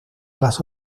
las